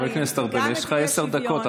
חבר הכנסת ארבל, יש לך עשר דקות.